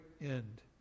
end